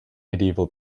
medieval